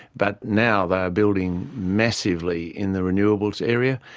but now they are building massively in the renewables area,